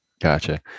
Gotcha